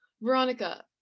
Veronica